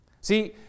See